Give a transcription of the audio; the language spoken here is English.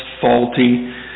faulty